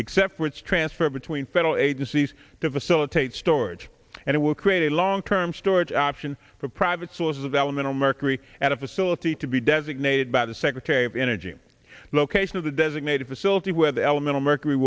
except for its transfer between federal agencies to facilitate storage and it will create a long term storage option for private sources of elemental mercury at a facility to be designated by the secretary of energy the location of the designated facility where the elemental mercury